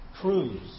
cruise